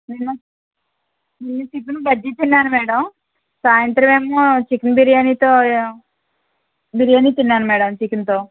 madam నేను chicken bajji తిన్నాను madam సాయంత్రం ఏమో చికెన్ బిర్యానీతో బిర్యానీ తిన్నాను మేడం చికెన్తో